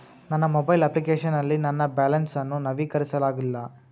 ನನ್ನ mobile application ನಲ್ಲಿ ನನ್ನ ಬ್ಯಾಲೆನ್ಸ್ ಅನ್ನು ನವೀಕರಿಸಲಾಗಿಲ್ಲ